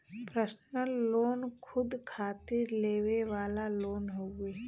personal loan खुद खातिर लेवे वाला लोन हउवे